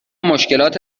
مشکلات